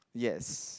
yes